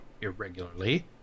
irregularly